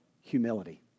humility